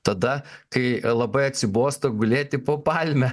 tada kai labai atsibosta gulėti po palme